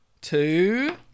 two